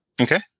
okay